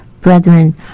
brethren